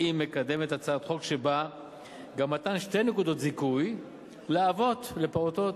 והיא מקדמת הצעת חוק שבה גם מתן שתי נקודות זיכוי לאבות לפעוטות,